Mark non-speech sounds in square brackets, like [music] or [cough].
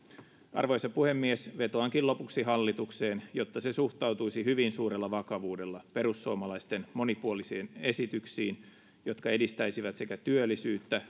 arvoisa puhemies vetoankin lopuksi hallitukseen jotta se suhtautuisi hyvin suurella vakavuudella perussuomalaisten monipuolisiin esityksiin jotka edistäisivät sekä työllisyyttä [unintelligible]